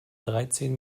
dreizehn